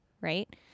Right